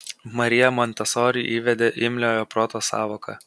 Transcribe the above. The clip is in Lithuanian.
marija montesori įvedė imliojo proto sąvoką